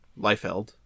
Liefeld